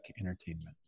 entertainment